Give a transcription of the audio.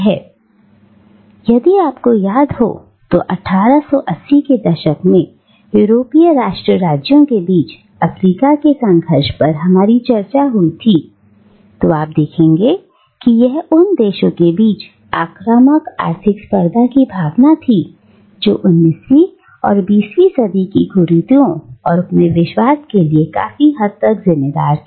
" अब यदि आपको याद हो 1880 के दशक में यूरोपीय राष्ट्र राज्यों के बीच अफ्रीका के लिए संघर्ष पर हमारी चर्चा हुई थी तो आप देखेंगे कि यह उन देशों के बीच आक्रामक आर्थिक प्रतिस्पर्धा की भावना थी जो 19वीं और 20वीं सदी की कुरीतियों और उपनिवेशवाद के लिए काफी हद तक जिम्मेदार थी